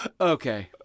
okay